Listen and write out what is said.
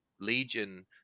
legion